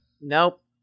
nope